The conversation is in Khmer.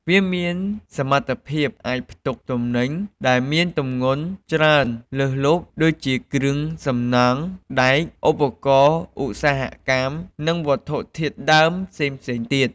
វាមានសមត្ថភាពអាចផ្ទុកទំនិញដែលមានទម្ងន់ច្រើនលើសលប់ដូចជាគ្រឿងសំណង់ ដែក ឧបករណ៍ឧស្សាហកម្ម និងវត្ថុធាតុដើមផ្សេងៗទៀត។